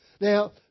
Now